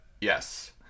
Yes